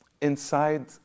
inside